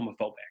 homophobic